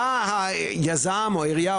בא היזם או העירייה,